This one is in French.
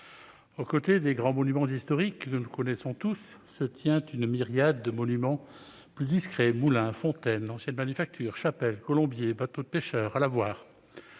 aux côtés des grands monuments historiques que nous connaissons tous se tient une myriade de monuments plus discrets : moulins, fontaines, anciennes manufactures, chapelles, colombiers, bateaux de pêcheurs, lavoirs